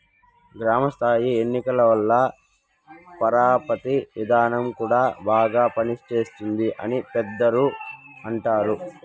గ్రామ స్థాయి ఎన్నికల వల్ల పరపతి విధానం కూడా బాగా పనిచేస్తుంది అని పెద్దలు అంటారు